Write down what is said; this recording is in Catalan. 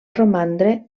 romandre